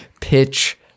pitch